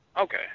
Okay